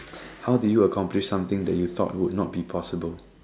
how did you accomplish something that you thought would not be possible